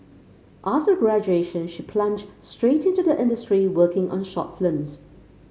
after graduation she plunged straight into the industry working on short films